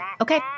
Okay